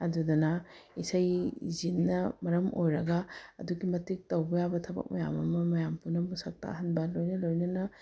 ꯑꯗꯨꯗꯨꯅ ꯏꯁꯩꯁꯤꯅ ꯃꯔꯝ ꯑꯣꯏꯔꯒ ꯑꯗꯨꯛꯀꯤ ꯃꯇꯤꯛ ꯇꯧꯕ ꯌꯥꯕ ꯊꯕꯛ ꯃꯌꯥꯝ ꯑꯃ ꯃꯌꯥꯝ ꯄꯨꯝꯅꯃꯛ ꯁꯛ ꯇꯥꯛꯍꯟꯕ ꯂꯣꯏꯅ ꯂꯣꯏꯅꯅ